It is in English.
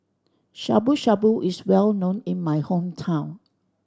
Shabu Shabu is well known in my hometown